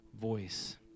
voice